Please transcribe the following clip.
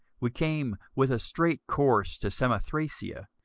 we came with a straight course to samothracia,